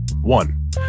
One